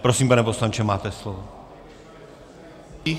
Prosím, pane poslanče, máte slovo.